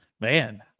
man